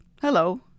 Hello